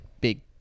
big